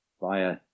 via